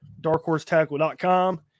darkhorsetackle.com